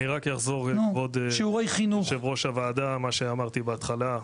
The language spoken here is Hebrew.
אני רק אחזור לכבוד היו"ר על מה שאמרתי בהתחלה,